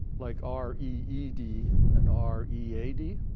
like r e e d and r e a a d,